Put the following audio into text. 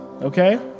okay